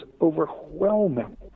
overwhelming